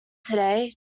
today